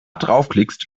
draufklickst